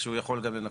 שהוא יכול גם לנכות.